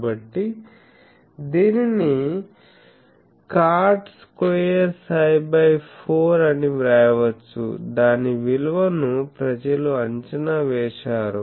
కాబట్టి దీనిని cot2ψ4 అని వ్రాయవచ్చు దాని విలువను ప్రజలు అంచనా వేశారు